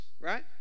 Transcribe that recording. right